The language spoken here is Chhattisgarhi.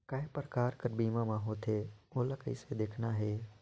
काय प्रकार कर बीमा मा होथे? ओला कइसे देखना है?